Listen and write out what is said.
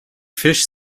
fish